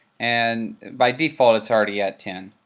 and by default, it's already at ten.